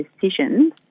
decisions